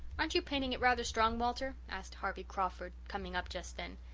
aren't you painting it rather strong, walter? asked harvey crawford, coming up just then.